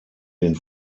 den